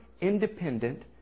independent